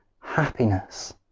happiness